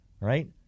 right